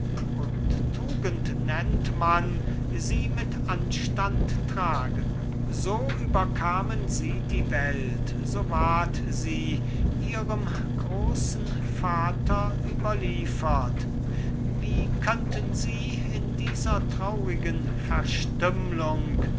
und tugend nennt man sie mit anstand tragen so überkamen sie die welt so ward sie ihrem großen vater überliefert wie könnten sie in dieser traurigen verstümmlung